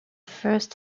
first